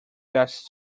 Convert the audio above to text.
best